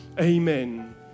Amen